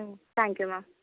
ம் thank you ma'am